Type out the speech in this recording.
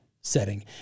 setting